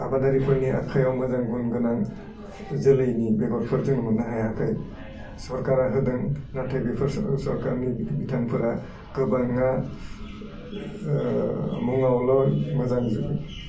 आबादारिफोरनि आखायाव मोजां गुन गोनां जोलैनि बेगरफोर जों मोन्नो हायाखै सरकारा होदों नाथाइ बेफोर सरकारनि बिथोनफोरा गोबाङा मुङावल' मोजां